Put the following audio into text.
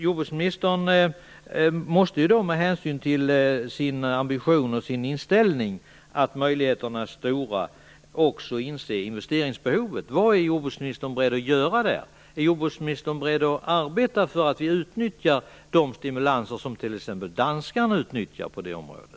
Jordbruksministern måste väl också med hänsyn till sin ambition och inställning, att möjligheterna är stora, inse investeringsbehovet. Vad är jordbruksministern beredd att göra där? Är jordbruksministern beredd att arbeta för att vi utnyttjar de stimulanser som t.ex. danskarna utnyttjar på det området?